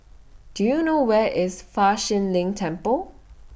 Do YOU know Where IS Fa Shi Lin Temple